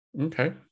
Okay